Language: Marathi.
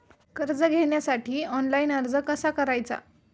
कर्ज घेण्यासाठी ऑनलाइन अर्ज कसा करायचा?